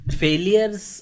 failures